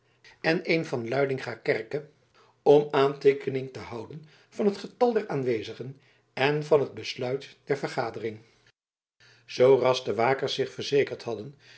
en een van luidinga kerke om aanteekening te houden van het getal der aanwezigen en van het besluit der vergadering zooras de wakers zich verzekerd hadden